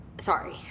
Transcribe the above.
Sorry